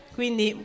quindi